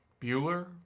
Bueller